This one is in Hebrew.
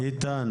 איתן,